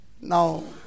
Now